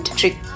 trick